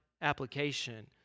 application